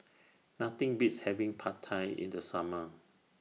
Nothing Beats having Pad Thai in The Summer